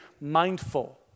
mindful